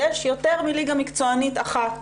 יש יותר מליגה מקצוענית אחת.